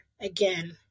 again